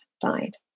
died